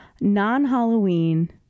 non-halloween